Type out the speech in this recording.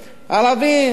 ערבים,